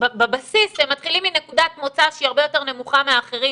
בבסיס הם מתחילים מנקודת מוצא שהיא הרבה יותר נמוכה מאחרים